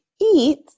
eat